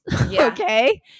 Okay